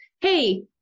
hey